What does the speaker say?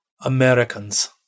Americans